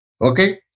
Okay